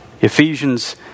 Ephesians